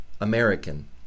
American